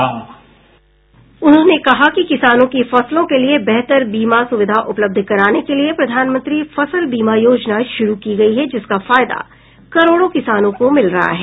उन्होंने कहा कि किसानों की फसलों के लिए बेहतर बीमा सुविधा उपलब्ध कराने के लिए प्रधानमंत्री फसल बीमा योजना शुरू की गई है जिसका फायदा करोड़ों किसानों को मिल रहा है